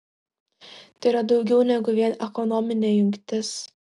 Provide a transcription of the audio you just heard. tai yra daugiau negu vien ekonominė jungtis